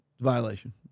Violation